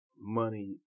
money